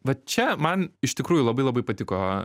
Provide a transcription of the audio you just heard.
vat čia man iš tikrųjų labai labai patiko